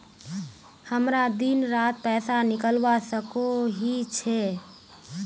हमरा दिन डात पैसा निकलवा सकोही छै?